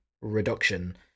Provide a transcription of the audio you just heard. reduction